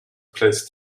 plays